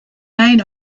main